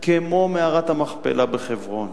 כמו מערת המכפלה בחברון.